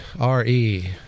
R-E